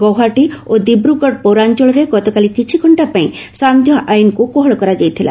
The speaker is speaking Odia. ଗୌହାଟୀ ଓ ଦିବ୍ରଗଡ଼ ପୌରାଞ୍ଚଳରେ ଗତକାଲି କିଛି ଘଣ୍ଟା ପାଇଁ ସାନ୍ଧ୍ୟ ଆଇନ୍କୁ କୋହଳ କରାଯାଇଥିଲା